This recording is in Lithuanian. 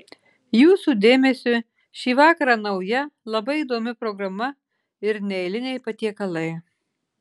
jūsų dėmesiui šį vakarą nauja labai įdomi programa ir neeiliniai patiekalai